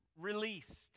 released